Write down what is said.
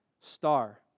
star